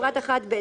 בפרט (1)(ב),